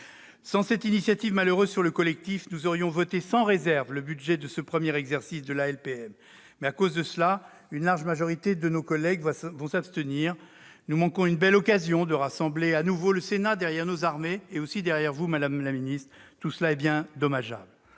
Sans cette initiative malheureuse sur le collectif budgétaire, nous aurions voté sans réserve le budget de ce premier exercice de la LPM, mais à cause de cela, une large majorité des sénateurs va s'abstenir. Nous manquons une belle occasion de rassembler à nouveau le Sénat derrière nos armées et aussi derrière vous, madame la ministre. Tout cela est bien dommage ...